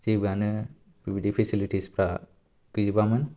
जेबोआनो बेबादि फेसिलिटिसफोरा गैजोबामोन